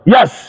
Yes